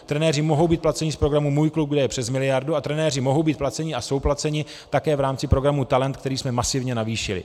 Trenéři mohou být placeni z programu Můj klub, kde je přes miliardu, a trenéři mohou být placeni a jsou placeni také v rámci programu Talent, který jsme masivně navýšili.